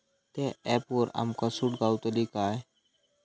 त्या ऍपवर आमका सूट गावतली काय?